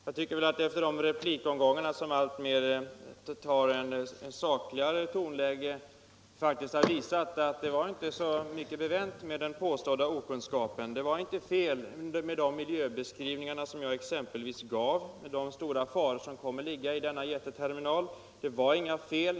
Jag tycker emellertid att man efter de replikväxlingar som efter hand tagit ett sakligare tonläge faktiskt har visat att det inte var så mycket bevänt med den påstådda okunnigheten. De miljöbeskrivningar jag t.ex. gjorde var inte felaktiga när det gäller de stora faror som denna jätteterminal kommer att innebära.